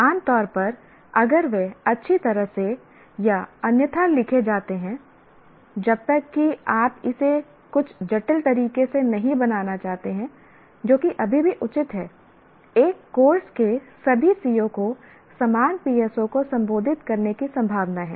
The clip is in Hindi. आम तौर पर अगर वे अच्छी तरह से या अन्यथा लिखे जाते हैं जब तक कि आप इसे कुछ जटिल तरीके से नहीं बनाना चाहते हैं जो कि अभी भी उचित है एक कोर्स के सभी CO को समान PSO को संबोधित करने की संभावना है